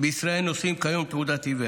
בישראל נושאים כיום תעודת עיוור: